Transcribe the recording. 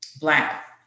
Black